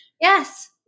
yes